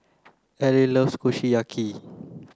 Elie loves Kushiyaki